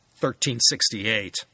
1368